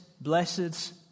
Blessed